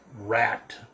rat